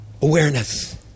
Awareness